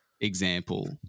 example